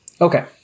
Okay